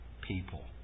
people